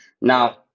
Now